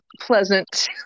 pleasant